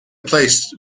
place